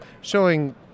showing